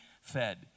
fed